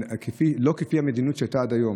לא כפי המדיניות שהייתה עד היום.